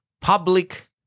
public